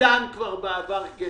ניתן כבר בעבר כסף.